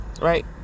Right